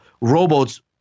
robots